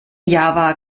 java